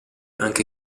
anche